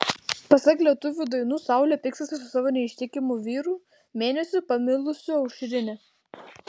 pasak lietuvių dainų saulė pykstasi su savo neištikimu vyru mėnesiu pamilusiu aušrinę